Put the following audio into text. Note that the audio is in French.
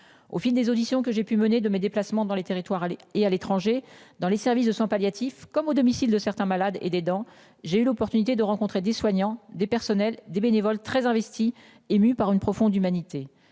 Au fil des auditions que j'ai pu mener de mes déplacements dans les territoires aller et à l'étranger dans les services de soins palliatifs comme au domicile de certains malades et des dents. J'ai eu l'opportunité de rencontrer des soignants des personnels des bénévoles très investi ému par une profonde humanité.